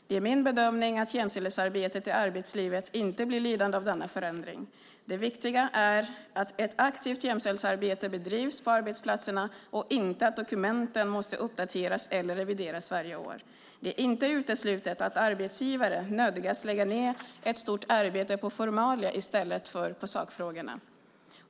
Det är min bedömning att jämställdhetsarbetet i arbetslivet inte blir lidande av denna förändring. Det viktiga är att ett aktivt jämställdhetsarbete bedrivs på arbetsplatserna och inte att dokumenten måste uppdateras eller revideras varje år. Det är inte uteslutet att arbetsgivare nödgas lägga ned ett stort arbete på formalia i stället för på sakfrågorna.